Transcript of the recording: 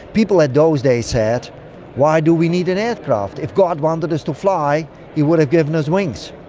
people in those days said why do we need an aircraft? if god wanted us to fly he would have given us wings!